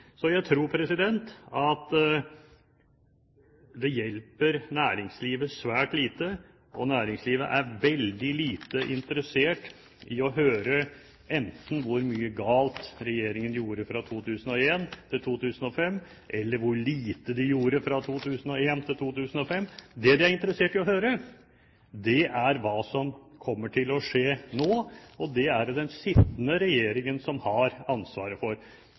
Så jeg tror at det hjelper næringslivet svært lite, og næringslivet er veldig lite interessert i å høre enten hvor mye galt regjeringen gjorde fra 2001 til 2005, eller hvor lite de gjorde fra 2001 til 2005. Det de er interessert i å høre, er hva som kommer til å skje nå, og det er det den sittende regjeringen som har ansvaret for.